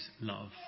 love